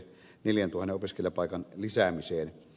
neljän tuon opiskelepaikan lisäämiseen